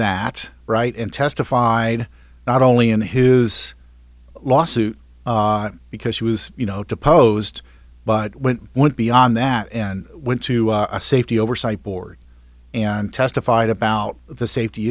that right and testified not only in his lawsuit because she was you know deposed but went went beyond that and went to a safety oversight board and testified about the safety